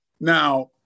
Now